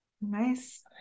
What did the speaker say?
Nice